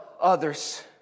others